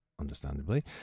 understandably